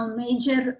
major